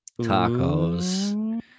tacos